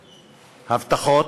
הבטחות,